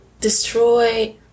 destroy